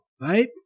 right